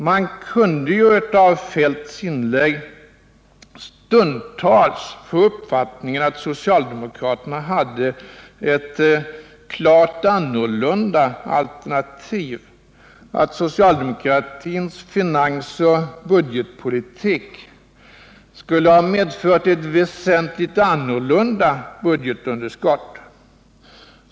Man kunde ju av herr Feldts inlägg stundtals få uppfattningen att socialdemokraterna hade ett klart annorlunda alternativ och att socialdemokratins finansoch budgetpolitik skulle ha medfört ett väsentligt annorlunda budgetunderskott.